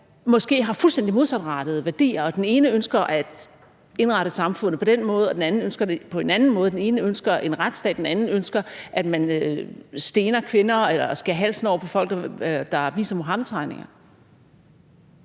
måske har fuldstændig modsatrettede værdier og den ene ønsker at indrette samfundet på den ene måde og den anden på den anden måde, og hvor den ene ønsker en retsstat og den anden ønsker, at man stener kvinder eller skærer halsen over på folk, der viser Muhammedtegninger?